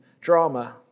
drama